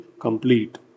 complete